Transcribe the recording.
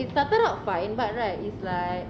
it started out fine but right it's like